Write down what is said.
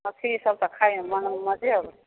मछरीसब तऽ खाइमे मऽ मजे अबै हइ